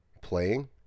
playing